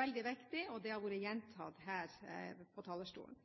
veldig viktig, og det er gjentatt her på talerstolen.